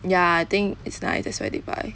ya I think it's nice that's why they buy